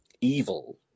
evil